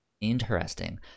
Interesting